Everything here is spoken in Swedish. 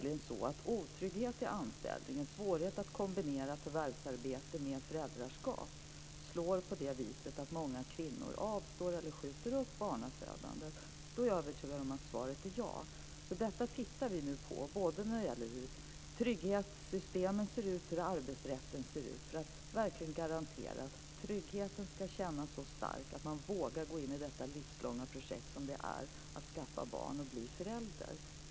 Innebär en otrygghet i anställningen och en svårighet att kombinera förvärvsarbete med föräldraskap att många kvinnor avstår från eller skjuter upp barnafödandet? Jag är övertygad om att svaret är ja. Det här tittar vi på - det gäller både hur trygghetssystemen ser ut och hur arbetsrätten ser ut - för att verkligen garantera att tryggheten ska kännas så stark att man vågar gå in i det livslånga projekt som det är att skaffa barn och bli förälder.